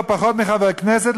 לא פחות מחבר כנסת,